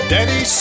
Daddy